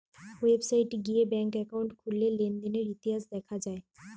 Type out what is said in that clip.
website গিয়ে bank account খুললে লেনদেনের ইতিহাস দেখা যায়